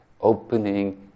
opening